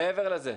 מעבר לזה,